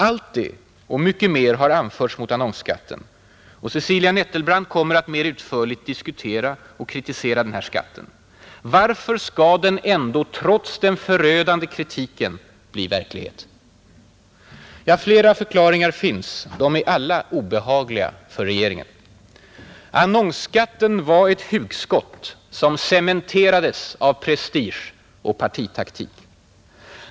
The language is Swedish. Allt det och mycket mer har anförts mot annonsskatten. Cecilia Nettelbrandt kommer att mer utförligt diskutera och kritisera den här skatten. Varför skall den ändå, trots den förödande kritiken, bli verklighet? Flera förklaringar finns — de är alla obehagliga för regeringen. Annonsskatten var ett hugskott som cementerades av prestige och partitaktik.